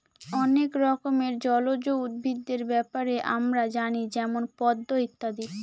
অনেক রকমের জলজ উদ্ভিদের ব্যাপারে আমরা জানি যেমন পদ্ম ইত্যাদি